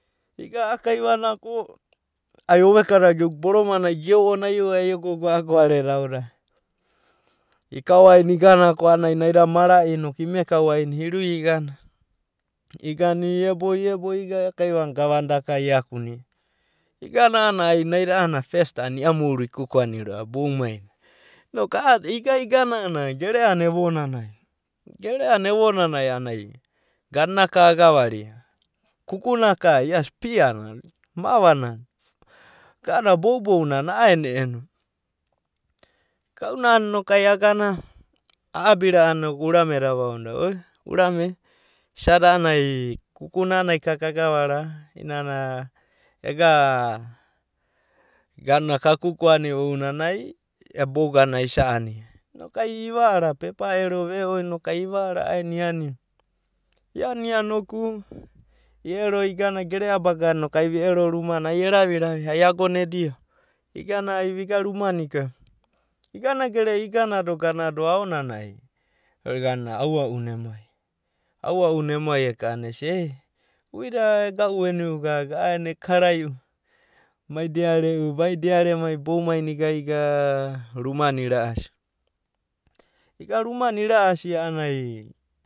Iga a'a kaivana ko ai ovekada geogu boromana geo'ona aio egogo a'a goareda aodadai, ikaoaina igana ko ai naida marai inokai imekauaina iruia igana. Igana iebo iga a'a kaivanai gavana daka iakunia. Igana a'anai naida a'aena festi a'ana iamouru I kuku ani ro'ava boumainai. Inoku a'a iga igana a'ana gere'ana evonana, gere'ana evonanai a'ana ka agavaria, kukuna ka ia spia na mavanana be a'ana inokai agana a'abi ra'ana inoku urame da avaonoda oi urame isa a'anai kukuna a'anai ka kagavara. I'inana ega ka kukuani oun bouganai isa ania, inokai ivara ivara pepanai ero ve'o inokai ivara a'aeni iania. Iania noku i'ero igana gere'a bagan inokai vireo rumana ai eraviravi ai agona edio igana ai vigana rumana ika. Iganagere'a igana do ganado aonana ai eraviravi ai agona edio igana ai vigana rumana ika. Iganagere'a iganado ganado aonana ai au'a'una emai eka'ana esia ei uida e ga'uveni'u gaga a'aen ekarai'u mai diaremai, diaremai, boumaina iga iga rumanai ira'asi. Iga rumanai ira'asi a'anai